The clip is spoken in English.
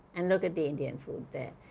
and look at the indian food there.